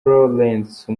lawrence